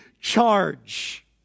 charge